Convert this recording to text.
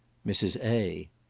mrs. a.